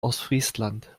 ostfriesland